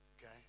okay